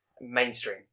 Mainstream